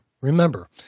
Remember